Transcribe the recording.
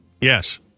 Yes